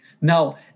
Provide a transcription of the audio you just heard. Now